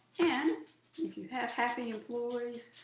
and if you have happy employees,